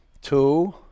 two